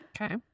Okay